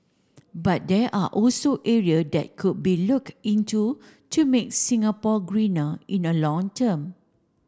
but there are also area that could be look into to make Singapore greener in the long term